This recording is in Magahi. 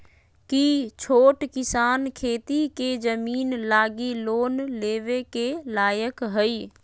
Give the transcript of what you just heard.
कि छोट किसान खेती के जमीन लागी लोन लेवे के लायक हई?